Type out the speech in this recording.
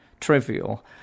trivial